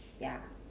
ya